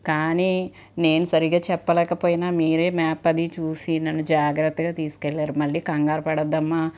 కానీ నేను సరిగా చెప్పలేకపోయిన మీరే మ్యాప్ అది చూసి నన్ను జాగ్రత్తగా తీసుకెళ్ళారు మళ్ళీ కంగారు పడొద్దమ్మా